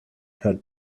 her